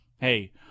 hey